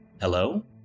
Hello